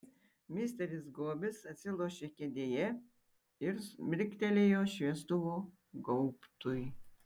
misteris gobis atsilošė kėdėje ir mirktelėjo šviestuvo gaubtui